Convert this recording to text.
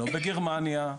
בגרמניה,